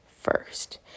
first